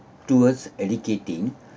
towards educating